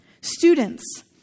students